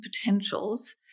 potentials